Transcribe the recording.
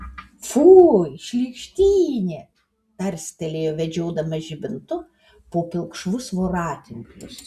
fui šlykštynė tarstelėjo vedžiodamas žibintu po pilkšvus voratinklius